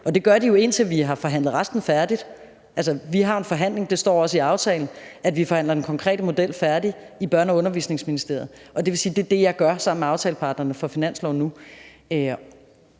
Det gør de jo, indtil vi har forhandlet resten færdigt. Altså, vi har jo en forhandling. Det står også i aftalen, at vi forhandler den konkrete model færdig i Børne- og Undervisningsministeriet. Og det vil sige, at det er det, jeg gør sammen med aftaleparterne fra finansloven nu.